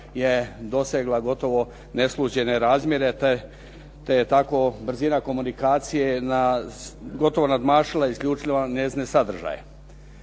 je dosegla gotovo neslućene razmjere te je tako brzina komunikacije gotovo nadmašila i isključila njezine sadržaje.